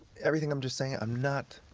everything i'm just saying, i'm not